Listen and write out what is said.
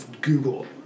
Google